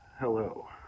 Hello